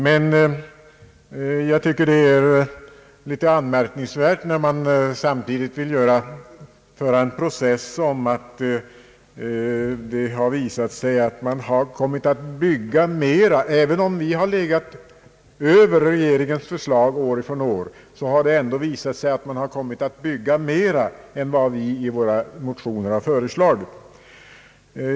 Men jag tycker det är anmärkningsvärt att man samtidigt vill föra ett slags process mot oss, eftersom bostadsbyggandet har visat sig ligga över vad vi föreslagit i våra motioner som i sin tur innebar högre produktion än regeringens förslag.